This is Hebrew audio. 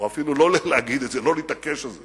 או אפילו לא להגיד את זה, לא להתעקש על זה.